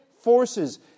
forces